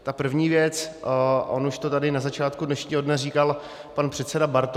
Ta první on už to tady na začátku dnešního dne říkal pan předseda Bartoš.